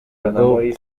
bwo